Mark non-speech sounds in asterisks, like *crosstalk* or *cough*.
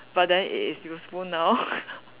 but then it is useful now *laughs*